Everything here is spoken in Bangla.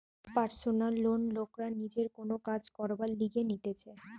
পারসনাল লোন লোকরা নিজের কোন কাজ করবার লিগে নিতেছে